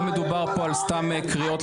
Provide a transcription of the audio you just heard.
לא מדובר פה על סתם קריאות,